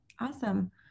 Awesome